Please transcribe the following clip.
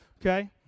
okay